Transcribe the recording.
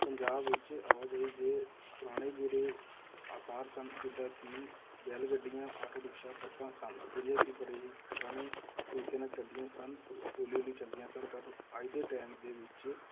ਪੰਜਾਬ ਵਿੱਚ ਆਵਾਜਾਈ ਦੇ ਪੁਰਾਣੇ ਜਿਹੜੇ ਆਸਾਰ ਸਨ ਜਿੱਦਾਂ ਕਿ ਬੈਲ ਗੱਡੀਆਂ ਆਟੋ ਰਿਕਸ਼ਾ ਬੱਸਾਂ ਸਨ ਜਿਹੜੀਆਂ ਕਿ ਬੜੇ ਹੀ ਪੁਰਾਣੇ ਤਰੀਕੇ ਨਾਲ ਚੱਲਦੀਆਂ ਸਨ ਹੌਲੀ ਹੌਲੀ ਚੱਲਦੀਆਂ ਸਨ ਪਰ ਅੱਜ ਦੇ ਟਾਈਮ ਦੇ ਵਿੱਚ